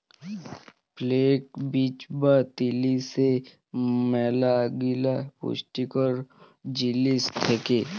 flakes বীজ বা তিসিতে ম্যালাগিলা পুষ্টিকর জিলিস থ্যাকে